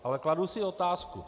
Ale kladu si otázku.